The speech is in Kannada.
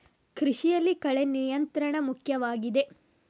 ಕೃಷಿಯಲ್ಲಿ ಕಳೆ ನಿಯಂತ್ರಣ ಮುಖ್ಯವಾಗಿದೆ